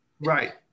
Right